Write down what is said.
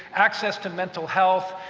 access to mental health,